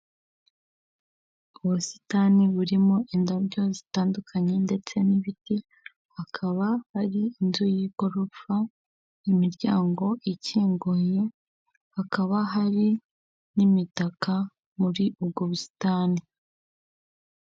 Ubusitani burimo indabyo zitandukanye, ndetse n'ibiti hakaba ari inzu y'igorofa imiryango ikinguye, hakaba hari n'imitaka muri ubwo busitani.